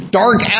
dark